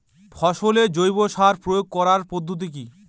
ফসলে জৈব সার প্রয়োগ করার পদ্ধতি কি?